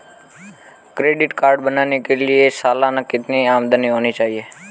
Credit card बनाने के लिए सालाना कितनी आमदनी होनी चाहिए?